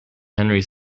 henry